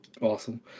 awesome